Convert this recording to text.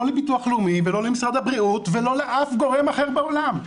לא לביטוח לאומי ולא למשרד הבריאות ולא לאף גורם אחר בעולם,